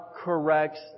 corrects